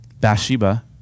Bathsheba